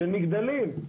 של מגדלים.